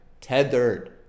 tethered